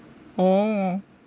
orh